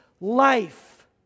life